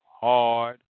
hard